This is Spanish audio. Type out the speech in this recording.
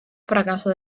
fracaso